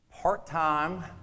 part-time